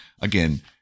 again